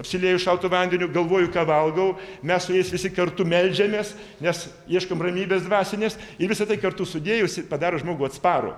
apsilieju šaltu vandeniu galvoju ką valgau mes su jais visi kartu meldžiamės nes ieškom ramybės dvasinės ir visa tai kartu sudėjus padaro žmogų atsparų